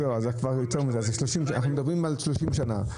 אנחנו מדברים על 30 שנה.